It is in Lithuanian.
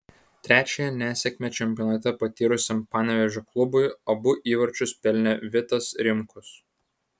trečiąją nesėkmę čempionate patyrusiam panevėžio klubui abu įvarčius pelnė vitas rimkus